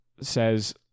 says